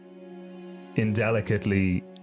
indelicately